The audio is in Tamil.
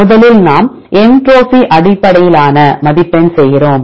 முதலில் நாம் என்ட்ரோபி அடிப்படையிலான மதிப்பெண் செய்கிறோம்